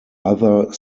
other